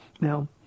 Now